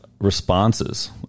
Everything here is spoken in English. responses